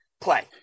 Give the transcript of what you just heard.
play